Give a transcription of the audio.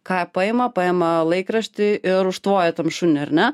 ką paima paima laikraštį ir užtvoja tam šuniui ar ne